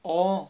oh